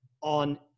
on